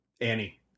annie